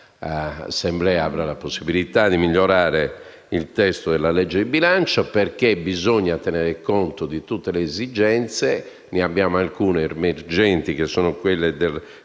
Assemblea avrà la possibilità di migliorare il testo della legge di bilancio, perché bisogna tenere conto di tutte le esigenze. Alcune esigenze sono emergenti, quelle del